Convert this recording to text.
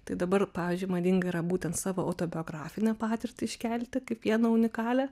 tai dabar pavyzdžiui madingu yra būtent savo autobiografinę patirtį iškelti kaip vieną unikalią